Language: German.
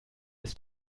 ist